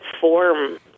form